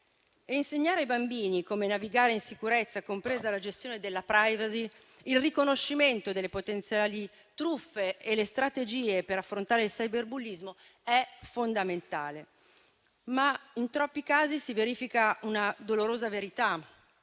Insegnare ai bambini come navigare in sicurezza, compresa la gestione della *privacy*, il riconoscimento delle potenziali truffe e le strategie per affrontare il cyberbullismo, è fondamentale. Ma in troppi casi si verifica una dolorosa verità: